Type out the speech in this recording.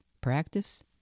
practice